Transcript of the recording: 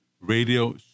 radio